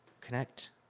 Connect